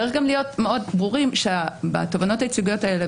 צריך גם להיות מאוד ברורים בתובענות הייצוגיות האלה,